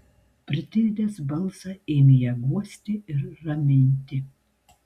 pritildęs balsą ėmė ją guosti ir raminti